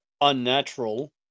unnatural